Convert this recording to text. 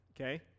okay